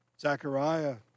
Zechariah